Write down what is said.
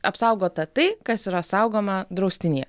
apsaugota tai kas yra saugoma draustinyje